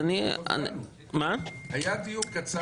היה דיון קצר.